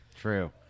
True